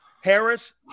Harris